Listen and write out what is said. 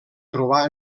trobar